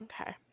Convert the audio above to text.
Okay